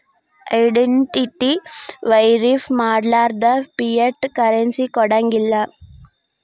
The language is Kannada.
ಐಡೆನ್ಟಿಟಿ ವೆರಿಫೈ ಮಾಡ್ಲಾರ್ದ ಫಿಯಟ್ ಕರೆನ್ಸಿ ಕೊಡಂಗಿಲ್ಲಾ